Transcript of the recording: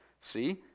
See